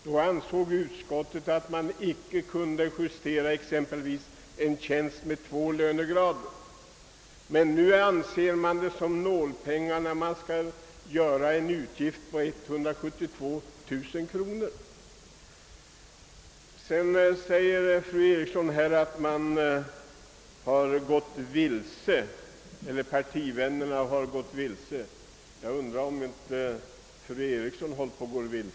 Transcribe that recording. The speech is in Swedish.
Då ansåg utskottet sig exempelvis icke kunna förändra och höja en tjänst som kostar två lönegrader. Nu betraktar det en utgift på 172 000 kronor som nålpengar. Fru Eriksson i Stockholm förklarar att partivännerna har gått vilse, men jag undrar om inte hon själv håller på att göra det.